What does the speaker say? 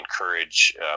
encourage